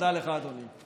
תודה לך, אדוני.